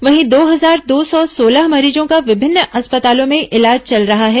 वहीं दो हजार दो सौ सोलह मरीजों का विभिन्न अस्पतालों में इलाज चल रहा है